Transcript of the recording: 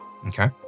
Okay